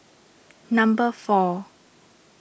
number four